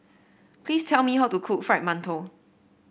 please tell me how to cook Fried Mantou